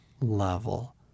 level